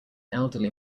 elderly